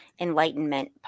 Enlightenment